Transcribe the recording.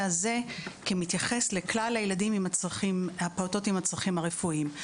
הזה כמתייחס לכלל הפעוטות עם הצרכים הרפואיים.